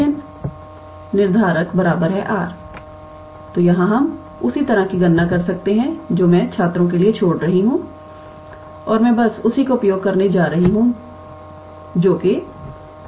r तो यहां हम उसी तरह की गणना कर सकते हैं जो मैं छात्रों के लिए छोड़ रही हूं और मैं बस उसी का उपयोग करने जा रही हूं जो कि